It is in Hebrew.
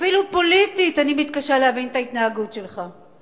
אפילו פוליטית אני מתקשה להבין את ההתנהגות שלך.